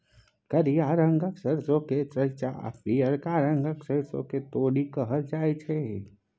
करिया रंगक सरसों केँ रैंचा आ पीयरका रंगक सरिसों केँ तोरी कहल जाइ छै